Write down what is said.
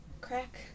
Crack